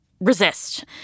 resist